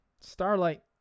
starlight